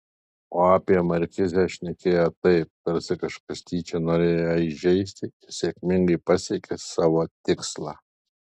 o apie markizę šnekėjo taip tarsi kažkas tyčia norėjo ją įžeisti ir sėkmingai pasiekė savo tikslą